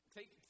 Take